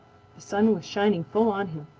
sun was shining full on him,